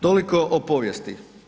Toliko o povijesti.